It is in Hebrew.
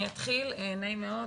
נעים מאוד,